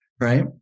right